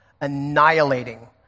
annihilating